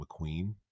mcqueen